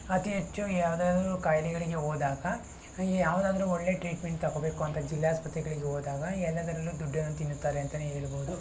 ಅತಿ ಹೆಚ್ಚು ಯಾವುದಾದ್ರೂ ಕಾಯಿಲೆಗಳಿಗೆ ಹೋದಾಗ ಯಾವುದಾದ್ರೂ ಒಳ್ಳೆ ಟ್ರೀಟ್ಮೆಂಟ್ ತೊಗೋಬೇಕು ಅಂತ ಜಿಲ್ಲಾಸ್ಪತ್ರೆಗಳಿಗೆ ಓದಾಗ ಎಲ್ಲದರಲ್ಲೂ ದುಡ್ಡನ್ನು ತಿನ್ನುತ್ತಾರೆ ಅಂತಲೇ ಹೇಳ್ಬೋದು